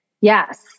Yes